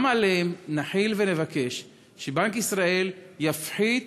גם עליהם נחיל ונבקש שבנק ישראל יפחית,